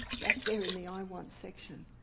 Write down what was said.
back there in the i want section.